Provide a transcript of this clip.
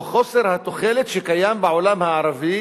או חוסר התוחלת, שקיים בעולם הערבי